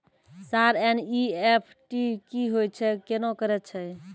Sir NEFT की होय छै, केना करे छै?